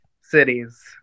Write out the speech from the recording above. cities